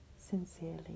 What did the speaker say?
Sincerely